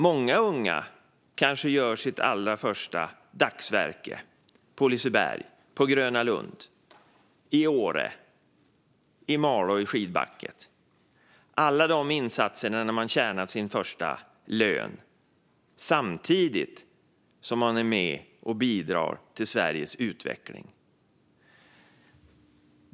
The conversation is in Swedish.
Många unga kanske gör sitt allra första dagsverke på Liseberg eller Gröna Lund, i Åre eller Malå i skidbacken - alla de insatser där man tjänar sin första lön samtidigt som man är med och bidrar till Sveriges utveckling.